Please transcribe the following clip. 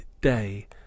day